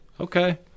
Okay